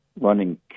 running